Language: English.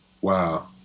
Wow